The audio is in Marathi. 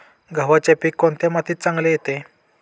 गव्हाचे पीक कोणत्या मातीत चांगले येते?